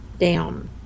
down